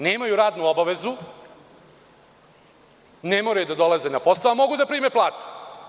Nemaju radnu obavezu, ne moraju da dolaze na posao, a mogu da prime platu.